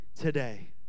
today